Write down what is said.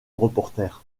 reporter